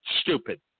stupid